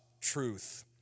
truth